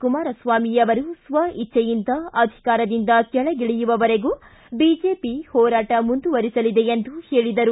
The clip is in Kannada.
ಕುಮಾರಸ್ವಾಮಿ ಅವರು ಸ್ವ ಇಜ್ವೆಯಿಂದ ಕೆಳಗಿಳಿಯುವವರೆಗೂ ಬಿಜೆಪಿ ಹೋರಾಟ ಮುಂದುವರಿಸಲಿದೆ ಎಂದು ಹೇಳಿದರು